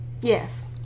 yes